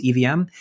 EVM